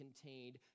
contained